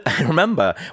remember